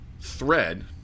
thread